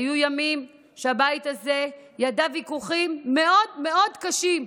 היו ימים שהבית הזה ידע ויכוחים מאוד מאוד קשים,